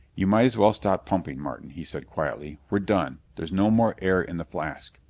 you might as well stop pumping, martin, he said quietly. we're done. there's no more air in the flask.